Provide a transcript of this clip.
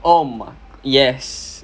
oh mak yes